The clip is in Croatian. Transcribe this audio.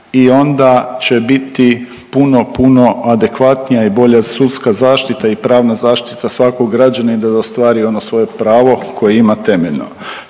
i onda će biti puno, puno adekvatnija i bolja sudska zaštita i pravna zaštita svakog građanina da ostvari ono svoje pravo koje ima temeljno.